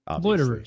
loiterers